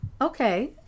Okay